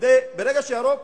כי ברגע שהיא הרוב,